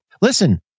Listen